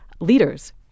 leaders